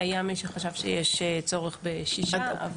היה מי שחשב שיש צורך בשישה חודשים,